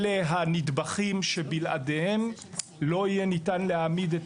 אלה הנדבכים שבלעדיים לא יהיה ניתן להעמיד את